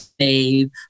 save